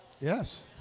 Yes